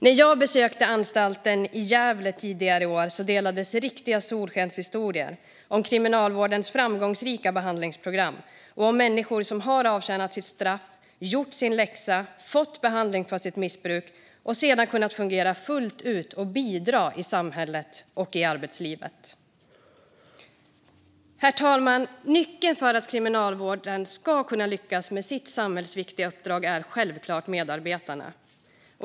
När jag tidigare i år besökte anstalten i Gävle delades riktiga solskenshistorier om Kriminalvårdens framgångsrika behandlingsprogram och om människor som avtjänat sitt straff, gjort sin läxa och fått behandling för sitt missbruk och sedan kunnat fungera fullt ut och bidra i samhället och arbetslivet. Herr talman! Nyckeln för att Kriminalvården ska kunna lyckas med sitt samhällsviktiga uppdrag är självklart medarbetarna.